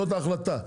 זאת ההחלטה.